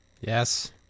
Yes